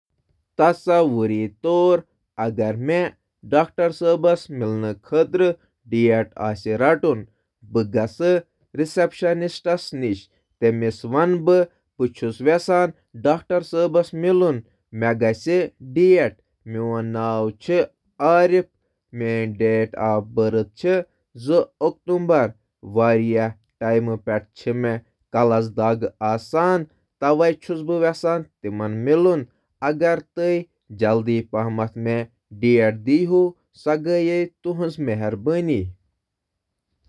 تصور کٔرِو، اگر مےٚ ڈاکٹرَس سۭتۍ ملاقات کرٕنۍ چھِ، بہٕ گَژھٕ ریسیپشنسٹَس نِش تہٕ پرژھٕ أمِس ڈاکٹر سٕنٛدِس مُقررَس مُتلِق۔ بہٕ کَرٕ تِمَن گُزٲرِش، مےٚ چھِ اپائنٹمنٹٕچ فوری ضروٗرت، مےٚ چھُ واریٛاہَو ؤرۍ یَو پٮ۪ٹھ کلہٕ دود ۔